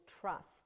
trust